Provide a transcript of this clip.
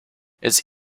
its